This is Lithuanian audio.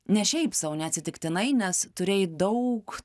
ne šiaip sau neatsitiktinai nes turėjai daug